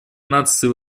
наций